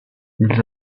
ils